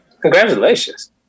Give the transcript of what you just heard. Congratulations